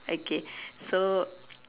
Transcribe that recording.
okay so